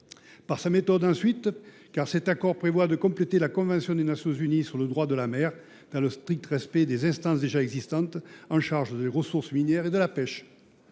Par sa méthode, ensuite, car cet accord prévoit de compléter la Convention des Nations unies sur le droit de la mer dans le strict respect des instances déjà existantes chargées des ressources minières et de la pêche.